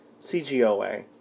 CGOA